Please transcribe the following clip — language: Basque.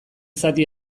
zati